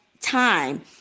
time